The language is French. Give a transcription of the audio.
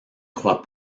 croit